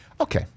Okay